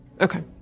Okay